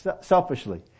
selfishly